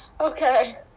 Okay